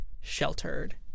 sheltered